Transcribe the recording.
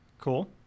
Cool